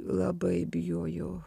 labai bijojau